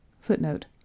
Footnote